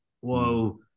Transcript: whoa